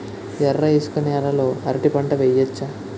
ఎర్ర ఇసుక నేల లో అరటి పంట వెయ్యచ్చా?